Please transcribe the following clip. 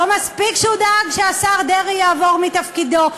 לא מספיק שהוא דאג שהשר דרעי יעבור מתפקידו,